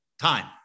time